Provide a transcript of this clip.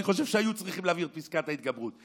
ואני חושב שהיו צריכים להעביר את פסקת ההתגברות.